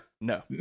No